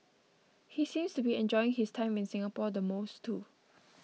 he seems to be enjoying his time in Singapore the most too